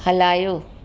हलायो